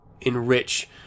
enrich